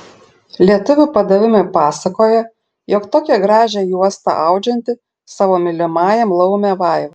lietuvių padavimai pasakoja jog tokią gražią juostą audžianti savo mylimajam laumė vaiva